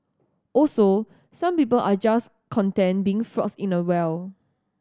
also some people are just content being frogs in a well